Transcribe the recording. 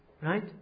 Right